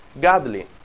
godly